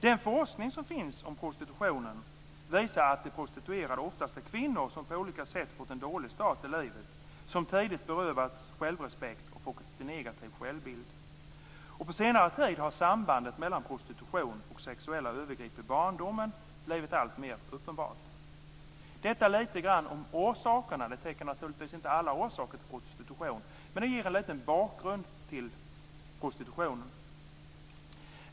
Den forskning som finns om prostitution visar att de prostituerade oftast är kvinnor som på olika sätt fått en dålig start i livet, som tidigt berövats självrespekt och fått en negativ självbild. På senare tid har sambandet mellan prostitution och sexuella övergrepp i barndomen blivit alltmer uppenbart. Detta var litet grand om orsakerna till prostitution. Det täcker naturligtvis inte alla orsaker, men det ger en liten bakgrund till prostitutionen.